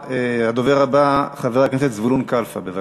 הדובר הבא, חבר הכנסת זבולון קלפה, בבקשה.